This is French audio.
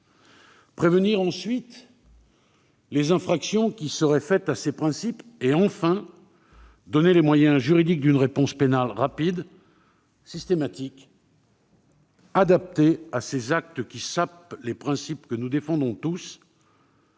prévenir, ensuite, les infractions qui seraient faites à ces principes ; donner, enfin, les moyens juridiques d'une réponse pénale rapide, systématique et adaptée à ces actes qui sapent les principes que nous défendons tous